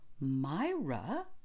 Myra